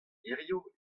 hiziv